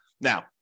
now